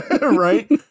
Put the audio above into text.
Right